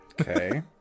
Okay